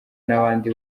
n’abandi